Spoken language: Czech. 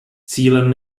cílem